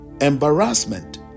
embarrassment